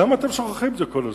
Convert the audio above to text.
למה אתם שוכחים את זה כל הזמן?